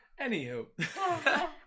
Anywho